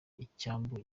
icyambu